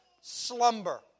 slumber